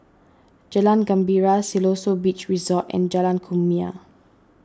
Jalan Gembira Siloso Beach Resort and Jalan Kumia